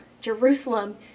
Jerusalem